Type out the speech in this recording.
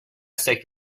sick